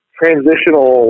transitional